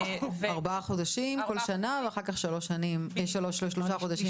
ארבעה חודשים בכל שנה ואחר כך שלושה חודשים בכל שנה.